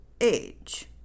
age